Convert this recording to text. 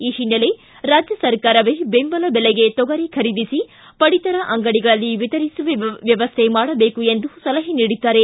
ಈ ಹಿನ್ನೆಲೆ ರಾಜ್ಯ ಸರ್ಕಾರವೇ ಬೆಂಬಲ ಬೆಲೆಗೆ ತೊಗರಿ ಖರೀದಿಸಿ ಪಡಿತರ ಅಂಗಡಿಗಳಲ್ಲಿ ವಿತರಿಸುವ ವ್ಯವಸ್ವೆ ಮಾಡಬೇಕು ಎಂದು ಸಲಹೆ ನೀಡಿದ್ದಾರೆ